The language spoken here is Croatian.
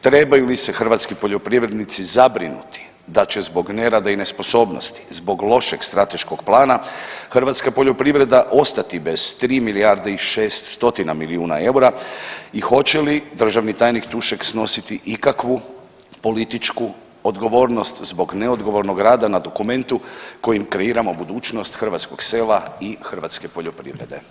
Trebaju li se hrvatski poljoprivrednici da će zbog nerada i nesposobnosti zbog lošeg strateškog plana hrvatska poljoprivreda ostati bez 3 milijarde i 6 stotina milijuna eura i hoće li državni tajnik Tušek snositi kakvu političku odgovornost zbog neodgovornog rada na dokumentu kojim kreiramo budućnost hrvatskog sela i hrvatske poljoprivrede?